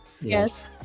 Yes